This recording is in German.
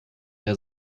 der